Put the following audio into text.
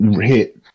hit